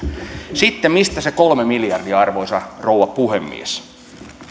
sitten mistä tulee se kolme miljardia arvoisa rouva puhemies